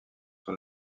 sur